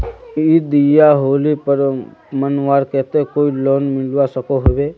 ईद या होली पर्व मनवार केते कोई लोन मिलवा सकोहो होबे?